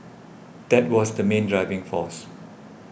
that was the main driving force